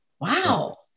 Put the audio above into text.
wow